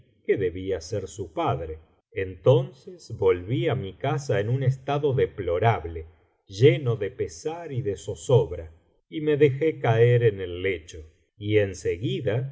que debía ser su padre entonces volví á mi casa en un estado deplorable lleno de pesar y de zozobra y me dejé caer en el lecho y en seguida